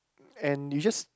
and you just